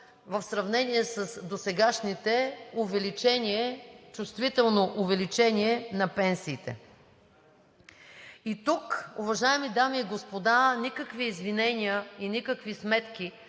в сравнение с досегашните, чувствително увеличение на пенсиите. И тук, уважаеми дами и господа, никакви извинения и никакви сметки